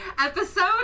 episode